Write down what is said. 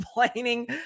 complaining